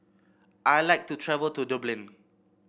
I like to travel to Dublin